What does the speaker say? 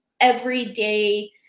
everyday